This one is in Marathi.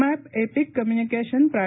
मॅप एपिक कम्य्निकेशन प्रा